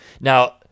Now